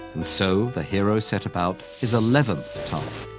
and so, the hero set about his eleventh task,